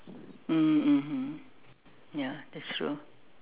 mm mmhmm ya that's true